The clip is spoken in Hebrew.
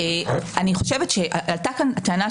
עלתה כאן טענה,